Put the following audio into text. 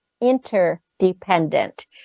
interdependent